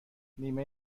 نیمه